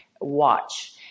watch